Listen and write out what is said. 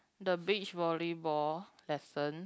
the beach volleyball lesson